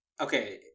okay